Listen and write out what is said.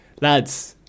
lads